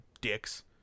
dicks